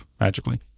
magically